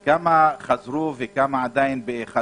כמה חזרו וכמה עדיין בחל"ת?